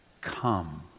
come